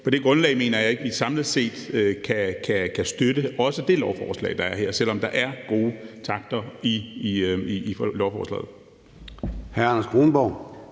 På det grundlag mener jeg heller ikke at vi samlet set kan støtte det lovforslag, der er her, selv om der er gode takter i det.